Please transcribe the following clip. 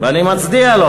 ואני מצדיע לו.